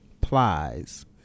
plies